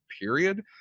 Period